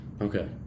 okay